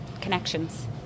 connections